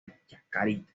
chacarita